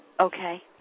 Okay